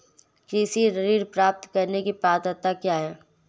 कृषि ऋण प्राप्त करने की पात्रता क्या है?